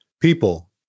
people